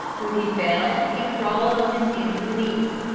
when he fell he crawled on his hands and knees.